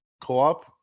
co-op